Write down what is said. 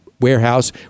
warehouse